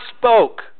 spoke